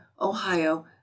ohio